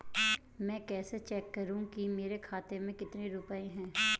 मैं कैसे चेक करूं कि मेरे खाते में कितने रुपए हैं?